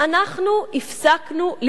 אנחנו הפסקנו להילחם.